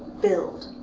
build.